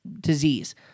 disease